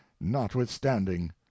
notwithstanding